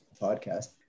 podcast